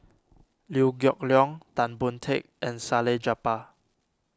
Liew Geok Leong Tan Boon Teik and Salleh Japar